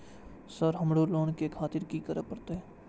Sir हमरो loan ले खातिर की करें परतें?